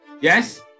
Yes